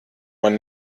man